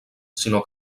sinó